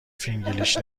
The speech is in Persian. فینگلیش